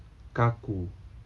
kaku